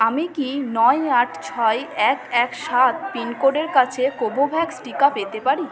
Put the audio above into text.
আমি কি নয় আট ছয় এক এক সাত পিনকোডের কাছে কোবোভ্যাক্স টিকা পেতে পারি